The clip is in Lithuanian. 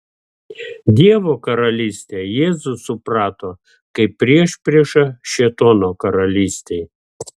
dievo karalystę jėzus suprato kaip priešpriešą šėtono karalystei